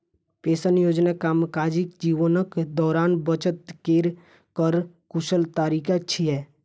pension योजना कामकाजी जीवनक दौरान बचत केर कर कुशल तरीका छियै